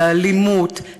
לאלימות,